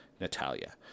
Natalia